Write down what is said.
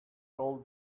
all